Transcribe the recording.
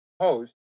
host